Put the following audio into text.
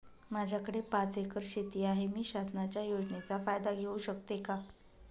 माझ्याकडे पाच एकर शेती आहे, मी शासनाच्या योजनेचा फायदा घेऊ शकते का?